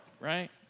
right